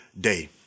day